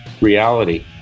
reality